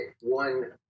one